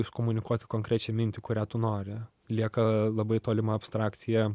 iškomunikuoti konkrečia mintį kurią tu nori lieka labai tolima abstrakcija